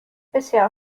بسیار